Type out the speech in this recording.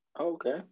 Okay